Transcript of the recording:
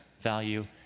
value